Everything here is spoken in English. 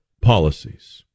policies